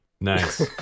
Nice